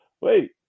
wait